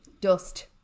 Dust